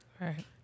Right